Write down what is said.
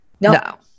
No